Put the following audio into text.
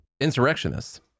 insurrectionists